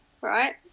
right